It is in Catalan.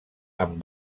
amb